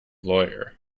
lawyer